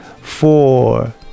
four